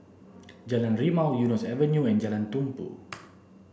Jalan Rimau Eunos Avenue and Jalan Tumpu